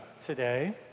today